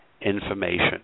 Information